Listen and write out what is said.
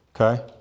okay